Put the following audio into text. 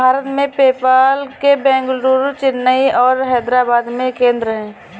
भारत में, पेपाल के बेंगलुरु, चेन्नई और हैदराबाद में केंद्र हैं